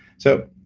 so,